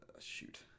Shoot